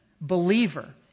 believer